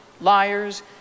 liars